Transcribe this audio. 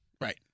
Right